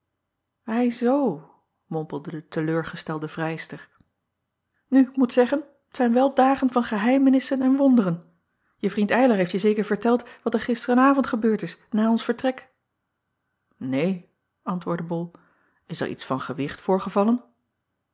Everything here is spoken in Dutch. zoo mompelde de te leur gestelde vrijster nu ik moet zeggen t zijn wel dagen van geheimenissen en acob van ennep laasje evenster delen wonderen e vriend ylar heeft je zeker verteld wat er gisteren avond gebeurd is na ons vertrek een antwoordde ol is er iets van gewicht voorgevallen